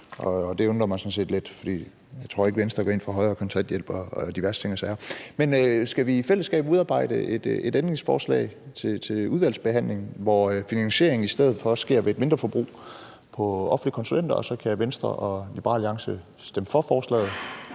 det undrer mig sådan set lidt, for jeg tror ikke, Venstre går ind for højere kontanthjælp og diverse ting og sager. Men skal vi i fællesskab udarbejde et ændringsforslag til udvalgsbehandlingen, hvor finansieringen i stedet for sker ved et mindreforbrug på offentlige konsulenter, og så kan Venstre og Liberal Alliance stemme for forslaget,